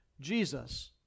Jesus